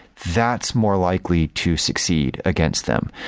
that's more likely to succeed against them.